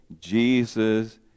jesus